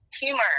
Humor